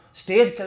stage